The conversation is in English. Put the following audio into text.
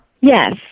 Yes